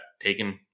taken